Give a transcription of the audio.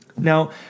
Now